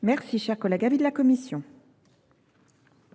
Quel